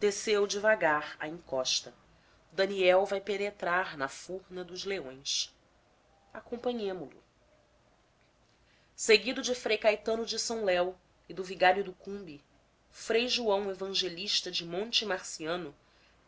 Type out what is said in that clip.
desceu devagar a encosta daniel vai penetrar na furna dos leões acompanhemo lo seguido de frei caetano de s léo e do vigário do cumbe frei joão evangelista de monte marciano